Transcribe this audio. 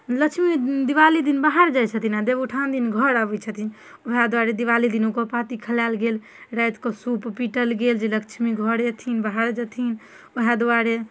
लक्ष्मी दिवाली दिन बाहर जाइत छथिन आ देबउठाओन दिन घर आबैत छथिन ओहए दुआरे दिवाली दिन ऊकापाती खेलाएल गेल राति कऽ सूप पीटल गेल जे लक्ष्मी घर एथिन बाहर जेथिन ओहए दुआरे